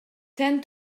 tend